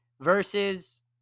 Versus